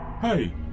Hey